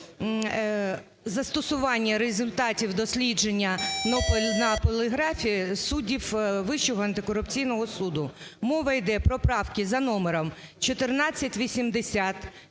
застосування результатів дослідження на поліграфі суддів Вищого антикорупційного суду. Мова йде про правки за номером: 1480, 1481,